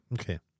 Okay